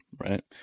Right